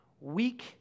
weak